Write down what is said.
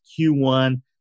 Q1